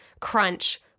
crunch